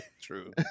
True